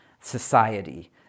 society